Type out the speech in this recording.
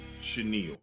chenille